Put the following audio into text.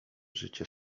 życie